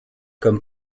comme